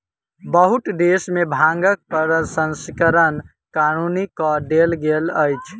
बहुत देश में भांगक प्रसंस्करण कानूनी कअ देल गेल अछि